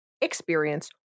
experience